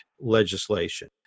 legislation